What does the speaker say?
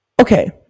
Okay